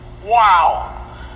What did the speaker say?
Wow